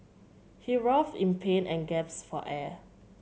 he writhed in pain and gasped for air